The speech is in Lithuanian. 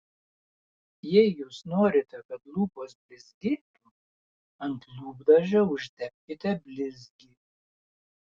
jei jūs norite kad lūpos blizgėtų ant lūpdažio užtepkite blizgį